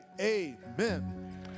Amen